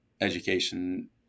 education